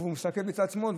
והוא הסתכל לצד שמאל,